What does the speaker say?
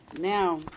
Now